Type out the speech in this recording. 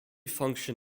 function